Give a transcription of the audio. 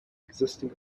existing